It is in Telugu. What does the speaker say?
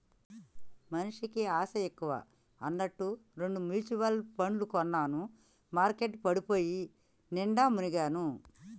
మనిషికి ఆశ ఎక్కువ అన్నట్టు రెండు మ్యుచువల్ పండ్లు కొన్నాను మార్కెట్ పడిపోయి నిండా మునిగాను